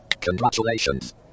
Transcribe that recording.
Congratulations